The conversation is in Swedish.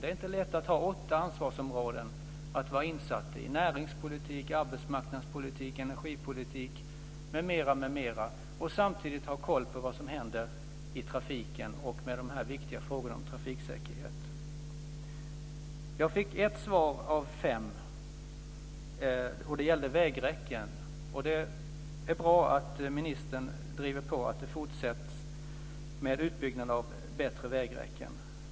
Det är inte lätt att ha åtta ansvarsområden att vara insatt i - näringspolitik, arbetsmarknadspolitik, energipolitik m.m. - och samtidigt ha koll på vad som händer i trafiken och med de viktiga frågorna om trafiksäkerhet. Jag fick ett svar på mina fem frågor, och det gällde vägräcken. Det är bra att ministern driver på att man ska fortsätta med utbyggnad av bättre vägräcken.